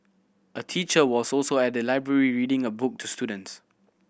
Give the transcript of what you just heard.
a teacher was also at the library reading a book to students